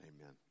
Amen